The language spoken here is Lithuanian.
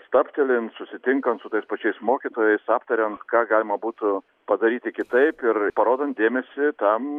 stabtelint susitinkant su tais pačiais mokytojais aptariant ką galima būtų padaryti kitaip ir parodant dėmesį tam